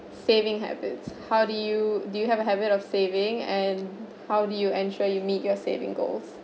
saving habits how do you do you have a habit of saving and how do you ensure you meet your saving goals